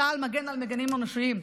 צה"ל מגן על מגינים אנושיים.